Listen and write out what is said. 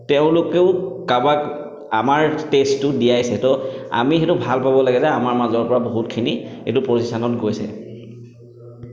তেওঁলোকেও কাৰোবাক আমাৰ টেষ্টটো দিয়াইছে তো আমি সেইটো ভাল পাব লাগে যে আমাৰ মাজৰ পৰা বহুতখিনি এইটো পজিশ্যনত গৈছে